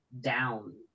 down